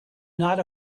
not